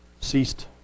ceased